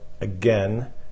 again